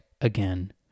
again